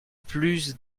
plus